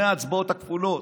ההצבעות הכפולות,